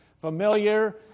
Familiar